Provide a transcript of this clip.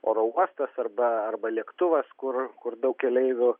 oro uostas arba arba lėktuvas kur kur daug keleivių